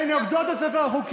הן נוגדות את ספר החוקים.